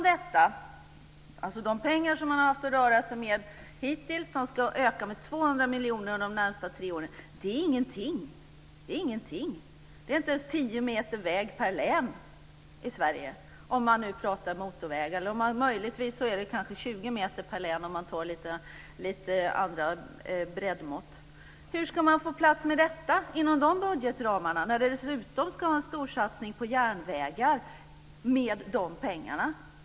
De pengar som man har haft att röra sig med hittills ska alltså öka med 200 miljoner under de närmaste tre åren. Det är ingenting. Det är inte ens tio meter väg per län i Sverige, om man nu pratar motorväg. Möjligtvis är det 20 meter per län om man använder lite andra breddmått. Hur ska man få plats med detta inom de budgetramarna när det dessutom ska göras en storsatsning på järnvägar med de pengarna?